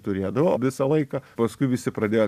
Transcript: turėdavo visą laiką paskui visi pradėjo